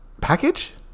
package